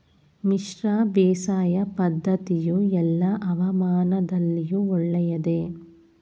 ಮಿಶ್ರ ಬೇಸಾಯ ಪದ್ದತಿಯು ಎಲ್ಲಾ ಹವಾಮಾನದಲ್ಲಿಯೂ ಒಳ್ಳೆಯದೇ?